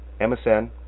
MSN